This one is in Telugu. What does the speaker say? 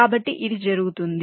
కాబట్టి ఇది జరుగుతుంది